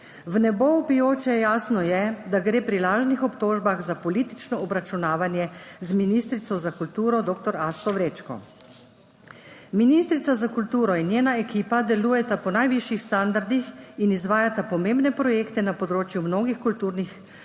V nebo vpijoče jasno je, da gre pri lažnih obtožbah za politično obračunavanje z ministrico za kulturo doktor Asto Vrečko. Ministrica za kulturo in njena ekipa delujeta po najvišjih standardih in izvajata pomembne projekte na področju mnogih kulturnih politik,